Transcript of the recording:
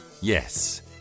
Yes